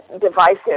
divisive